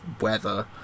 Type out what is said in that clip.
weather